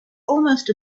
almost